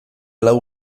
lau